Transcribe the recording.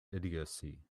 idiocy